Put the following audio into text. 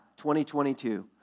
2022